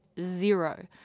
zero